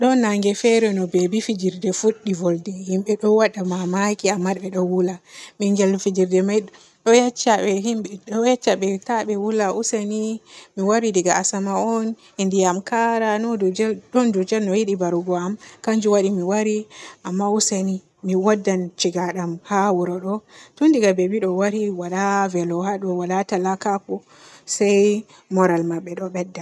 ɗon nage fere no bebi fijirde fuɗɗi volde. himɓe ɗo waada mamaki amma be ɗo hoola. ɓingel fijirde may ɗo yecca be himɓe ɗo yecca be ta be hoola useni mi waari daga asama on. Innde am Kara no dujjel ɗon dujjel no yiɗi baarugo am kanjo waaɗi mi waari amma useni mi waddan ciigadam haa wuro ɗo. To diga bebi ɗo waari waala velo haa ɗo, waala talakako, se moral maɓɓeɗo bedda